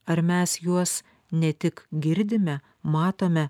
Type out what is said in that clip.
ar mes juos ne tik girdime matome